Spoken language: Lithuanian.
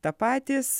tą patys